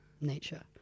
nature